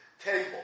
table